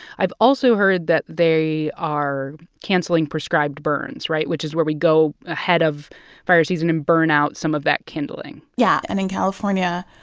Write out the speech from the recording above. i've also heard that they are canceling prescribed burns right? which is where we go ahead of fire season and burn out some of that kindling yeah. and in california,